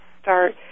start